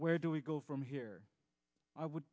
where do we go from here i would